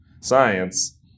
science